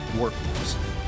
workforce